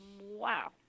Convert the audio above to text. Wow